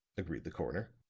agreed the coroner.